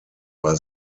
war